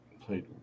Played